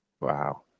Wow